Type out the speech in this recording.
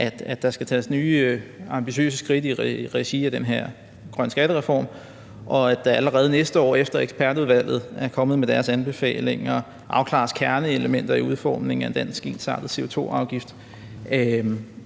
at der skal tages nye ambitiøse skridt i regi af den her grønne skattereform, og at der allerede næste år – efter ekspertudvalget er kommet med deres anbefalinger – skal afklares kerneelementer i udformningen af en dansk ensartet CO2-afgift.